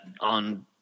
on